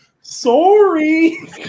sorry